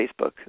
Facebook